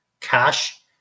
cash